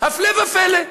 הפלא ופלא.